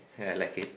ya I like it